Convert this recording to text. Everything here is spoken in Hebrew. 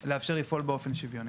כדי לאפשר לפעול באופן שוויוני.